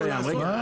שלושה.